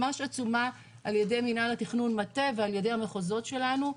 ממש עצומה על ידי מנהל התכנון מטה ועל ידי המחוזות שלנו,